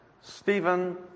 Stephen